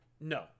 no